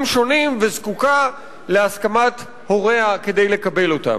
שונים וזקוקה להסכמת הוריה כדי לקבל אותם.